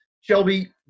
Shelby